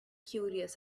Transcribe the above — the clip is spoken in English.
curious